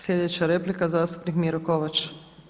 Sljedeća replika zastupnik Miro Kovač.